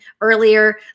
earlier